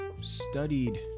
studied